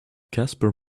casper